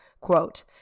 Quote